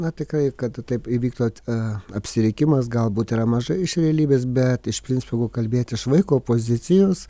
na tikrai kad taip įvyktų at a apsirikimas galbūt yra maža iš realybės bet iš principo jeigu kalbėt iš vaiko pozicijos